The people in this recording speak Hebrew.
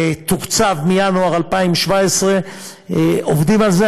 תוקצב מינואר 2017. עובדים על זה.